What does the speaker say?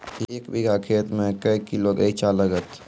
एक बीघा खेत मे के किलो रिचा लागत?